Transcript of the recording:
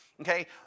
Okay